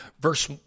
verse